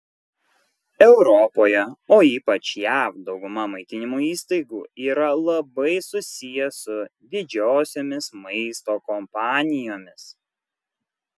europoje o ypač jav dauguma maitinimo įstaigų yra labai susiję su didžiosiomis maisto kompanijomis